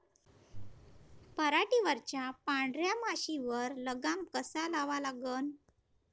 पराटीवरच्या पांढऱ्या माशीवर लगाम कसा लावा लागन?